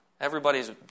Everybody's